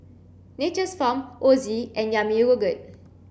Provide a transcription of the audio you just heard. Nature's Farm Ozi and Yami Yogurt